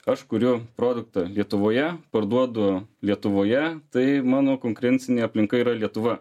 aš kuriu produktą lietuvoje parduodu lietuvoje tai mano konkurencinė aplinka yra lietuva